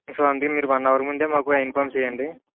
so అందుకే మీరు one hour ముందే మాకు ఇన్ఫాము చేయండి